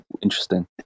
interesting